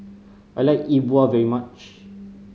I like E Bua very much